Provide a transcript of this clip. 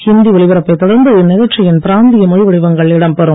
ஹிந்தி ஒலிபரப்பைத் தொடர்ந்து இந்நிகழ்ச்சியின் பிராந்திய மொழி வடிவங்கள் இடம் பெறும்